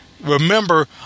remember